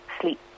sleep